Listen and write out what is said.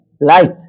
Light